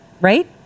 right